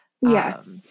Yes